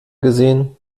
gesehen